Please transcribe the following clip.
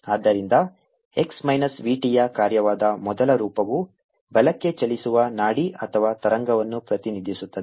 ಆದ್ದರಿಂದ x minus v t ಯ ಕಾರ್ಯವಾದ ಮೊದಲ ರೂಪವು ಬಲಕ್ಕೆ ಚಲಿಸುವ ನಾಡಿ ಅಥವಾ ತರಂಗವನ್ನು ಪ್ರತಿನಿಧಿಸುತ್ತದೆ